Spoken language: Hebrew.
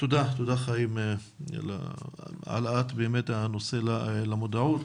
תודה על העלאת הנושא למודעות.